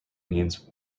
means